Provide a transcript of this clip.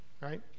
right